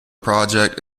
project